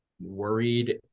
worried